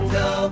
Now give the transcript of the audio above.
go